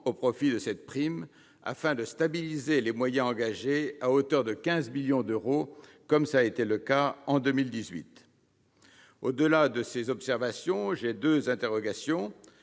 profit de la PAT, afin de stabiliser les moyens engagés à hauteur de 15 millions d'euros, comme en 2018. Au-delà de ces observations, j'ai deux interrogations.